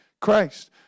Christ